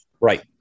Right